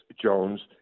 Jones